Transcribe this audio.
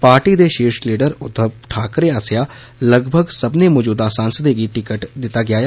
party दे षिर्श leader Uddhav Thackeray आस्सेआ लगभग सब्बनें मौजूदा सांसदें गी टिकट दिता गेआ ऐ